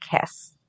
kiss